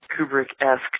Kubrick-esque